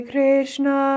Krishna